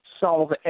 solve